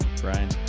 Brian